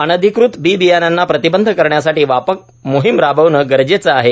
अनधिकृत बि बियाणांना प्रतिबंध करण्यासाठी व्यापक मोहीम राबविणे गरजेचं आहे